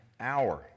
hour